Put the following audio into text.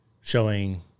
showing